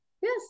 yes